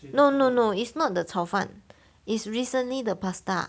no no no it's not the 炒饭 it's recently the pasta